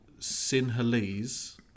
Sinhalese